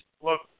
Look